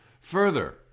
Further